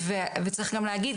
צריך גם להגיד,